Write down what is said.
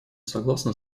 согласна